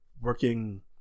working